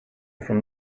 from